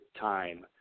Time